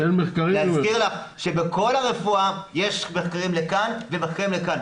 להזכיר לך שבכל הרפואה יש מחקרים לכאן ומחקרים לכאן,